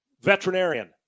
veterinarian